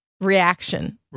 reaction